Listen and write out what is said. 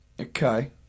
Okay